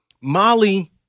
Molly